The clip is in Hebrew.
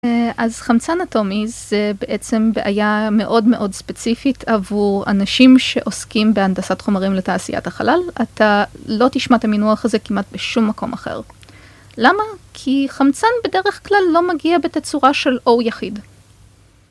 אז חמצן אטומי זה בעצם בעיה מאוד מאוד ספציפית עבור אנשים שעוסקים בהנדסת חומרים לתעשיית החלל. אתה לא תשמע את המינוח הזה כמעט בשום מקום אחר למה? כי חמצן בדרך כלל לא מגיע בתצורה של O יחיד